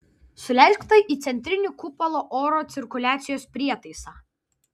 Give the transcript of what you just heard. suleisk tai į centrinį kupolo oro cirkuliacijos prietaisą